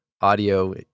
audio